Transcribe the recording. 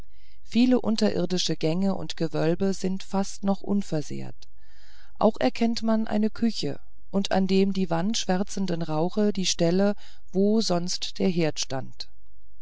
viele unterirdische gänge und gewölbe sind fast noch unversehrt auch erkennt man eine küche und an dem die wand schwärzenden rauche die stelle wo sonst der herd stand